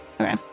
Okay